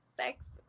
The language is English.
sex